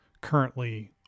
currently –